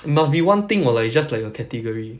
it must be one thing or like you just like a category